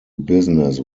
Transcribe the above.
business